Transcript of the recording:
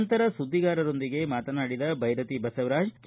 ನಂತರ ಸುದ್ದಿಗಾರರೊಂದಿಗೆ ಮಾತನಾಡಿದ ಭೈರತಿ ಬಸವರಾಜ್ ಕೆ